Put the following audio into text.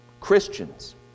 Christians